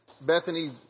Bethany